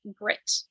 Grit